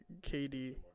KD